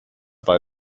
bei